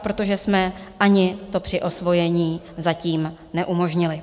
Protože jsme ani to přiosvojení zatím neumožnili.